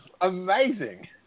amazing